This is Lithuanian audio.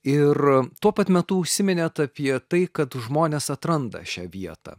ir tuo pat metu užsiminėt apie tai kad žmonės atranda šią vietą